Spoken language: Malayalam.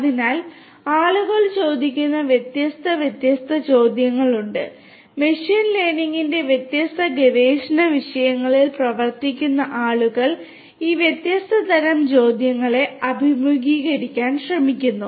അതിനാൽ ആളുകൾ ചോദിക്കുന്ന വ്യത്യസ്ത വ്യത്യസ്ത ചോദ്യങ്ങളുണ്ട് മെഷീൻ ലേണിംഗിന്റെ വ്യത്യസ്ത ഗവേഷണ വിഷയങ്ങളിൽ പ്രവർത്തിക്കുന്ന ആളുകൾ ഈ വ്യത്യസ്ത തരം ചോദ്യങ്ങളെ അഭിമുഖീകരിക്കാൻ ശ്രമിക്കുന്നു